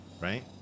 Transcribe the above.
right